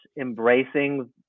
embracing